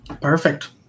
Perfect